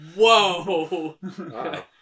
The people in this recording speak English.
whoa